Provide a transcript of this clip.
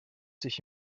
sich